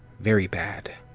very bad.